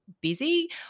busy